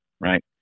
right